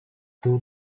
two